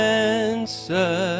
answer